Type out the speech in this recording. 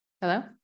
Hello